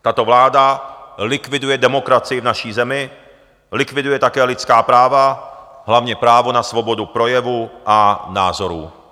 Tato vláda likviduje demokracii v naší zemi, likviduje také lidská práva, hlavně právo na svobodu projevu a názorů.